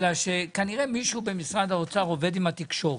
כי כנראה שמישהו במשרד האוצר עובד עם התקשורת.